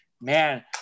man